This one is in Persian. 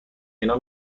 اینجا